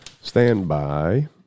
Standby